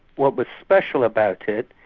what was special about it,